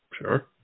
Sure